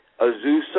Azusa